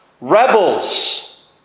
rebels